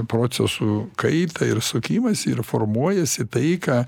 procesų kaitą ir sukimąsi ir formuojasi tai ką